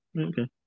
okay